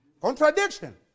Contradiction